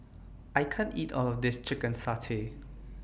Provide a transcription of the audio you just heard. I can't eat All of This Chicken Satay